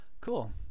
cool